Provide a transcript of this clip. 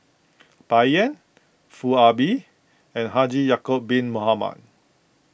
Bai Yan Foo Ah Bee and Haji Ya'Acob Bin Mohamed